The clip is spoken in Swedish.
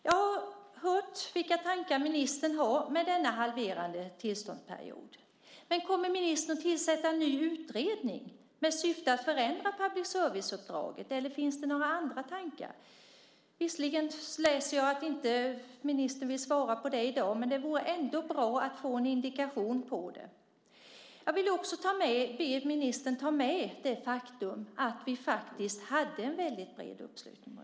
Jag har hört vilka tankar ministern har med denna halverade tillståndsperiod. Kommer ministern att tillsätta en ny utredning med syfte att förändra public service-uppdraget eller finns det några andra tankar? Jag läser visserligen att ministern inte vill svara på det i dag, men det vore bra att få en indikation. Jag ber också ministern att ta med sig det faktum att vi hade en väldigt bred uppslutning.